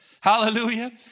Hallelujah